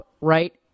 right